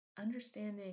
understanding